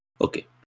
Okay